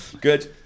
Good